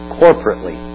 corporately